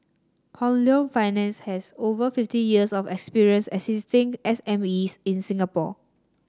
Hong Leong Finance has over fifty years of experience assisting S M Es in Singapore